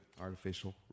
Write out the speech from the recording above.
artificial